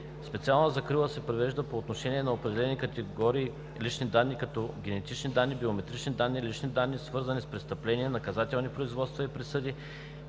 Специална закрила се предвижда по отношение на определени категории лични данни, като: генетични данни; биометрични данни; лични данни, свързани с престъпления, наказателни производства и присъди,